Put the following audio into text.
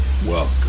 Welcome